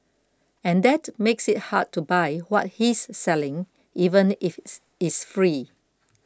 and that makes it hard to buy what he's selling even if it's it's free